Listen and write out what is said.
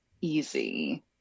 easy